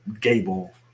gable